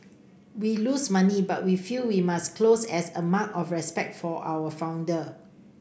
we lose money but we feel we must close as a mark of respect for our founder